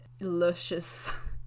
luscious